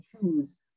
choose